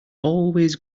always